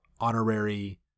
honorary